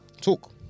talk